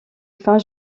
fin